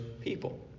people